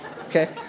Okay